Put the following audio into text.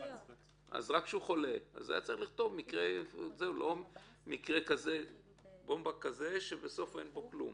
אז היה צריך לכתוב מקרה כזה ולא בומבה כזה שבסוף אין בו כלום.